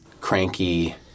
cranky